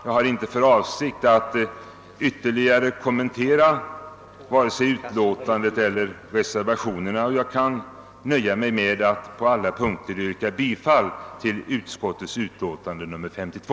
Jag har inte för avsikt att ytterligare kommentera vare sig utskottets hemställan eller reservationerna och jag kan därför nöja mig med att på alla punkter yrka bifall till utskottets hemställan i dess utlåtande nr 52.